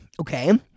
Okay